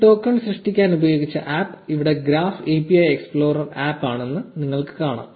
ഈ ടോക്കൺ സൃഷ്ടിക്കാൻ ഉപയോഗിച്ച ആപ്പ് ഇവിടെ ഗ്രാഫ് API എക്സ്പ്ലോറർ ആപ്പ് ആണെന്ന് നിങ്ങൾക്ക് കാണാം